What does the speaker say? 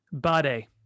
Bade